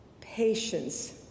patience